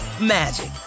magic